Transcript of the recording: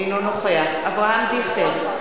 אינו נוכח אברהם דיכטר,